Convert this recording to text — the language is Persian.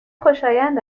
خوشایند